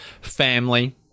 family